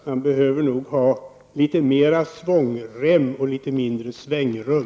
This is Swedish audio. Man behöver nog ha litet mera svångrem och litet mindre svängrum.